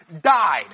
died